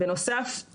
בנוסף,